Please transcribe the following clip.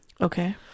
Okay